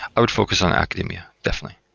i would focus on academia definitely.